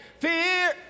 Fear